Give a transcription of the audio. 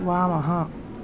वामः